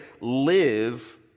live